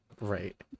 Right